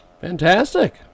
fantastic